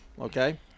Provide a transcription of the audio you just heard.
Okay